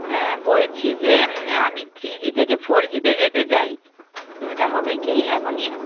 হ্যাঁ বলছি যে আমি থ্রি জি থেকে ফোর জিতে যেতে চাই তো ওইটা হবে কি এখন